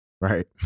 Right